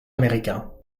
américain